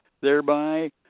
thereby